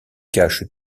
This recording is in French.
cache